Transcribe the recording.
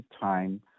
time